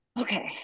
Okay